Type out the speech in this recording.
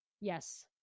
Yes